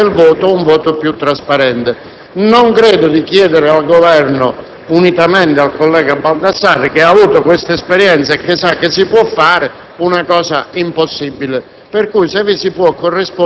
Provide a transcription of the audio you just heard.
quell'informazione, che oggettivamente rende il voto più trasparente. Non credo di chiedere al Governo, unitamente al collega Baldassarri che ha avuto questa esperienza e che sa che si può fare,